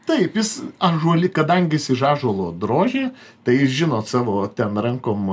taip jis ąžuoli kadangi jis iš ąžuolo drožė tai žinot savo ten rankom